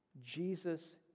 Jesus